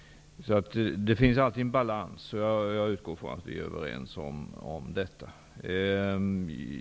Det finns alltid en balans. Jag utgår från att vi är överens om detta.